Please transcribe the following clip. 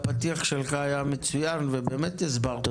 הפתיח שלך היה מצוין ובאמת הסברת אותי יפה.